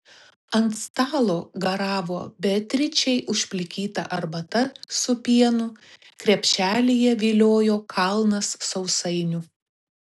ant stalo garavo beatričei užplikyta arbata su pienu krepšelyje viliojo kalnas sausainių